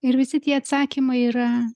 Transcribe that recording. ir visi tie atsakymai yra